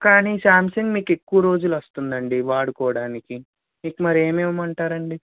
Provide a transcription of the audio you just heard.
కానీ సామ్సాంగ్ మీకు ఎక్కువ రోజులు వస్తుందండి వాడుకోడానికి మీకు మరి ఏది ఇవ్వమంటారండి